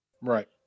right